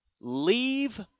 leave